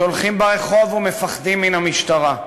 שהולכים ברחוב ומפחדים מן המשטרה,